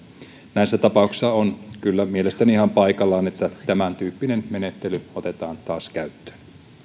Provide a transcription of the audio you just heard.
näissä tapauksissa on kyllä mielestäni ihan paikallaan että tämäntyyppinen menettely otetaan taas käyttöön